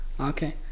Okay